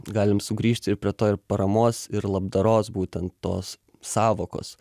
galim sugrįžti ir prie to ir paramos ir labdaros būtent tos sąvokos